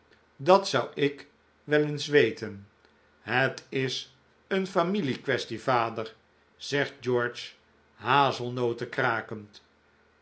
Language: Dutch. dat wou ik wel eens weten het is een familiequaestie vader zegt george hazelnoten krakend